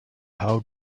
how